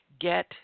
get